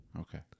Okay